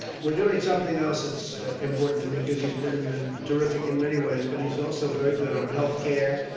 we're doing something else that's important to me, because he's been terrific in many ways, but he's also very good on healthcare,